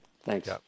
Thanks